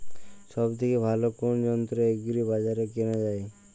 সব থেকে ভালো কোনো যন্ত্র এগ্রি বাজারে কেনা যায়?